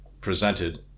presented